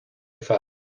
faire